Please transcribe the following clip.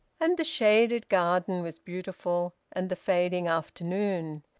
and the shaded garden was beautiful, and the fading afternoon.